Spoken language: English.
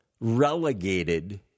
relegated